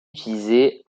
utilisé